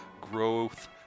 growth